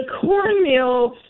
cornmeal